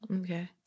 Okay